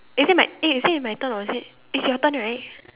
is it my eh is it my turn or is it it's your turn right